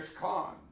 Khan